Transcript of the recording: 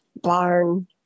barn